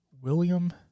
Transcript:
William